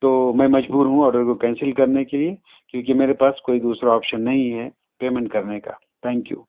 تو میں مجبور ہوں آرڈر کو کینسل کرنے کے لیے کیونکہ میرے پاس کوئی دوسرا آپشن نہیں ہے پیمنٹ کرنے کا تھینک یو